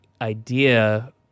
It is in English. idea